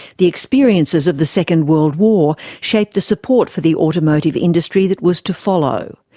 the experiences of the second world war shaped the support for the automotive industry that was to follow.